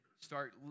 start